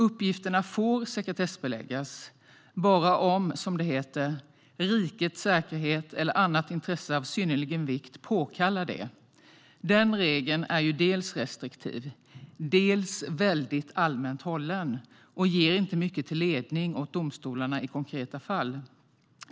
Uppgifterna får sekretessbeläggas bara om, som det heter, rikets säkerhet eller annat intresse av synnerlig vikt påkallar det. Den regeln är dels restriktiv, dels väldigt allmänt hållen och ger inte mycket till ledning åt domstolarna i konkreta fall.